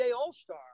All-Star